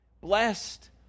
Blessed